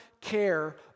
care